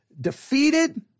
defeated